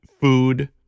food